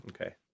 okay